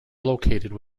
located